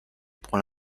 pour